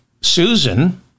Susan